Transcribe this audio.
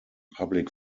public